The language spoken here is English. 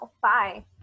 bye